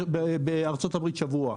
כשבארצות הברית זה שבוע.